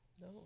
no